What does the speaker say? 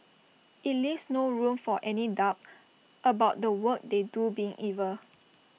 IT leaves no room for any doubt about the work they do being evil